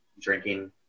drinking